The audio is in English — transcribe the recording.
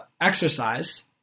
exercise